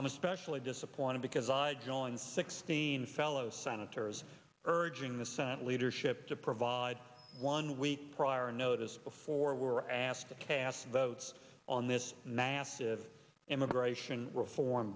i'm especially disappointed because i join sixteen fellow senators urging the senate leadership to provide one week prior note before we're asked to cast votes on this massive immigration reform